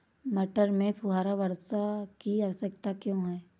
मटर में फुहारा वर्षा की आवश्यकता क्यो है?